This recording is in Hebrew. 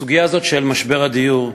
הסוגיה הזאת של משבר הדיור,